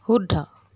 শুদ্ধ